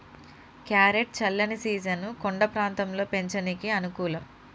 carrot చల్లని season కొండ ప్రాంతంలో పెంచనీకి అనుకూలం